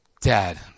Dad